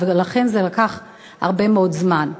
ולכן זה לקח הרבה מאוד זמן.